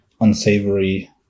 unsavory